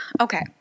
Okay